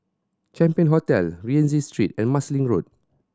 Champion Hotel Rienzi Street and Marsiling Road